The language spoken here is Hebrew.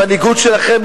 המנהיגות שלכם,